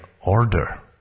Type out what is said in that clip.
order